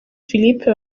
philippe